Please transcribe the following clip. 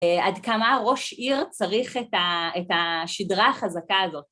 עד כמה ראש עיר צריך את השידרה החזקה הזאת.